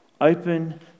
open